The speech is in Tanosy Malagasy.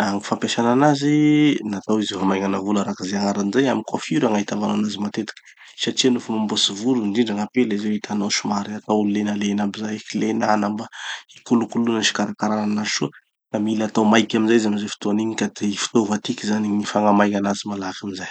Ah fampiasana anazy, natao izy io hamaignana volo araky ze agnarany zay. Amy coiffure gn'ahitava anazy io matetiky, satria nofa mamboatsy volo indrindra gn'apela, izy io hitanao somary ataony legnalena aby zay, legnana mba hikolokoloa sy hikarakarana soa. Da mila atao maiky amizay izy amy ze fotoan'igny ka ty fitaova tiky zany gny fagnamaigna anazy malaky amizay.